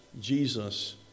Jesus